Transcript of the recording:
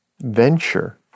venture